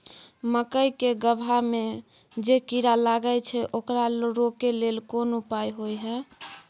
मकई के गबहा में जे कीरा लागय छै ओकरा रोके लेल कोन उपाय होय है?